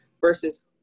versus